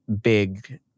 big